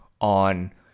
on